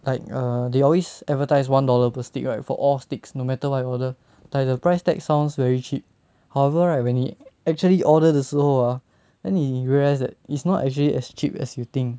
like err they always advertise one dollar per stick right for all sticks no matter what you order like the price tag sounds very cheap however right when 你 actually order 的时候 ah then 你 realised that it's not actually as cheap as you think